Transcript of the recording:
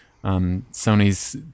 Sony's